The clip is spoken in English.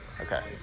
okay